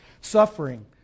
Suffering